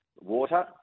water